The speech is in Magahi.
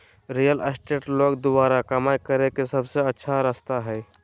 रियल एस्टेट लोग द्वारा कमाय करे के सबसे अच्छा रास्ता हइ